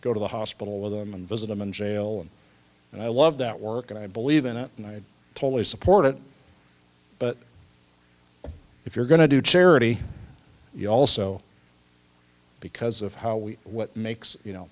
go to the hospital with them and visit them in jail and i loved that work and i believe in it and i totally support it but if you're going to do charity you also because of how we what makes you know